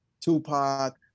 Tupac